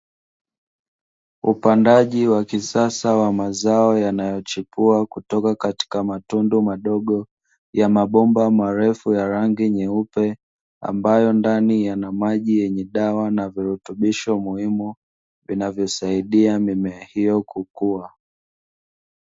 Upandaji wa kisasa wa mazao yanayochipua kutoka katika matundu madogo ya mabomba marefu ya rangi nyeupe, ambayo ndani yana maji yenye dawa na virutubisho muhimu vinavyosaidia mimea hiyo kukua.